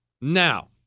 Now